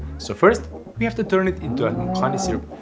so first we have to turn it into a honey syrup.